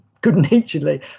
good-naturedly